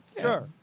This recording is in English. Sure